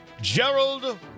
Gerald